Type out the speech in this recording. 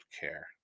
care